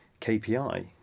KPI